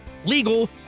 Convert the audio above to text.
legal